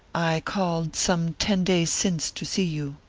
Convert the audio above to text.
i called some ten days since to see you.